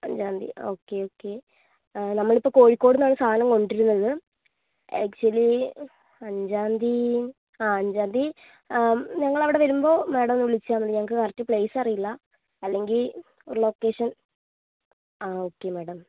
അഞ്ചാം തീയതി okay okay ആ നമ്മളിപ്പോൾ കോഴിക്കോട് നിന്നാണ് സാധനം കൊണ്ടുവരുന്നത് ആക്ച്വലി അഞ്ചാം തീയതി ആ അഞ്ചാം തീയതി ആ ഞങ്ങളവിടെ വരുമ്പോൾ മാഡം ഒന്നു വിളിച്ചാൽ മതി ഞങ്ങൾക്ക് കറെക്റ്റ് പ്ലേസ് അറിയില്ല അല്ലെങ്കിൽ ലൊക്കേഷൻ ആ ഓക്കേ മേഡം